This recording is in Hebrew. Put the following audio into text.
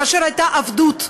כאשר הייתה עבדות,